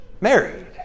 married